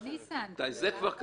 זה כבר קיים.